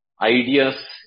ideas